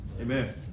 Amen